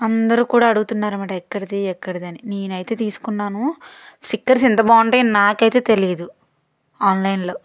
అందరూ కూడా అడుగుతున్నారు మాట ఎక్కడిది ఎక్కడిది అని నేనైతే తీసుకున్నాను స్టిక్కర్స్ ఇంత బాగుంటాయని నాకైతే తెలియదు ఆన్లైన్లో